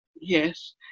Yes